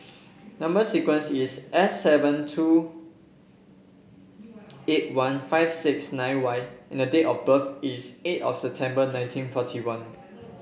number sequence is S seven two eight one five six nine Y and date of birth is eight of September nineteen forty one